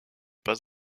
pas